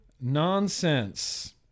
nonsense